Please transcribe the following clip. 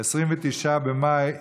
29 במאי